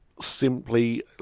Simply